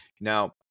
Now